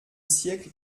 siècle